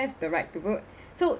the right to vote so